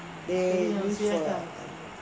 they use lah